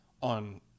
on